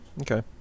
Okay